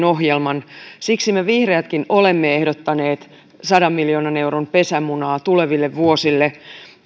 ohjelman siksi me vihreätkin olemme ehdottaneet sadan miljoonan euron pesämunaa tuleville vuosille